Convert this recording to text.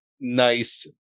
nice